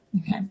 Okay